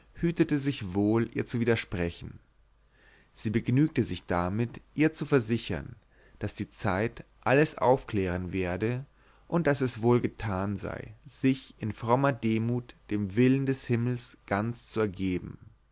hütete sich wohl ihr zu widersprechen sie begnügte sich damit ihr zu versichern daß die zeit alles aufklären werde und daß es wohlgetan sei sich in frommer demut dem willen des himmels ganz zu ergeben